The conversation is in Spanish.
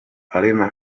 arena